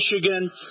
Michigan